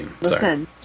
Listen